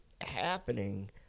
happening